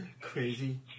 crazy